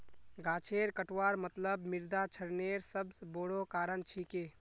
गाछेर कटवार मतलब मृदा क्षरनेर सबस बोरो कारण छिके